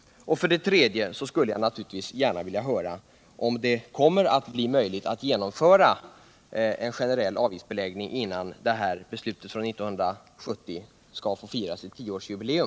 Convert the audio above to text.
För det tredje skulle jag naturligtvis gärna vilja höra om det kommer att bli möjligt att genomföra en generell avgiftsbeläggning, innan beslutet från 1970 får fira sitt tioårsjubileum.